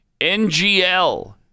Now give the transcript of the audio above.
NGL